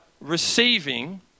receiving